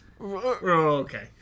Okay